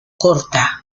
corta